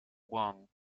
one